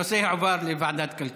הנושא הועבר לוועדת כלכלה.